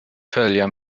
följa